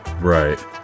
Right